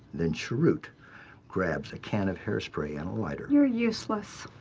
then schrute grabs a can of hair spray and a lighter, you're useless.